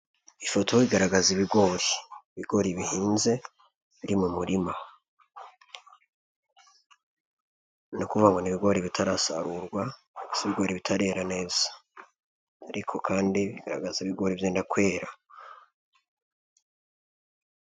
Ifoto igaragaza ibigori, ibigori bihinze biri mu murima, ni ukuvuga ngi ni ibigori bitarasarurwa mbese ibigori bitarera neza ariko kandi ibigori byenda kwera.